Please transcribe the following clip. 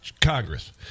Congress